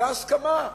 היתה הסכמה.